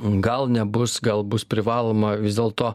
gal nebus gal bus privaloma vis dėlto